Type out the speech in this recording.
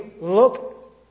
look